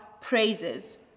praises